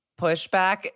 pushback